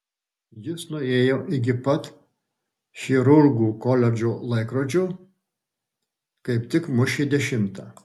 jis nuėjo iki pat chirurgų koledžo laikrodžio kaip tik mušė dešimtą